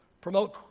Promote